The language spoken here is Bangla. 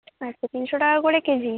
আচ্ছা তিনশো টাকা করে কেজি